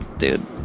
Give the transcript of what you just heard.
dude